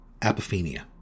apophenia